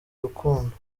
urukundo